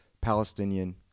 Palestinian